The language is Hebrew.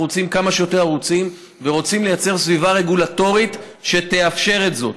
אנחנו רוצים כמה שיותר ערוצים ורוצים לייצר סביבה רגולטורית שתאפשר זאת,